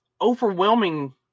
overwhelming